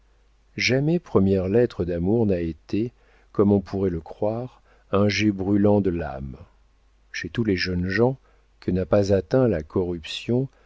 jamais première lettre d'amour n'a été comme on pourrait le croire un jet brûlant de l'âme chez tous les jeunes gens que n'a pas atteints la corruption